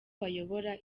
bayobora